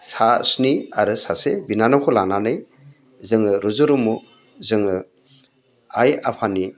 सा स्नि आरो सासे बिनानावखौ लानानै जोङो रुजु रुमु जोङो आइ आफानि